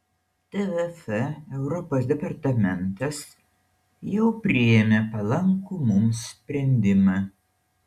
tvf europos departamentas jau priėmė palankų mums sprendimą